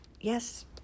Yes